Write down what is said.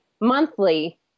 monthly